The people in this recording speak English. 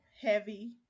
Heavy